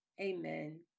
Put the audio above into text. Amen